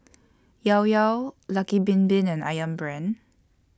Llao Llao Lucky Bin Bin and Ayam Brand